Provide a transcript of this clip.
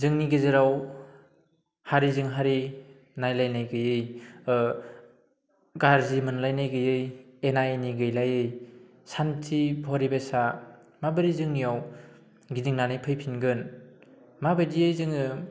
जोंनि गेजेराव हारिजों हारि नायलायनाय गैयै गाज्रि मोनलायनाय गैयै एना एनि गैलायै सान्थि परिबेसा माबोरै जोंनियाव गिदिंनानै फैफिनगोन माबायदियै जोङो